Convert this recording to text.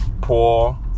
poor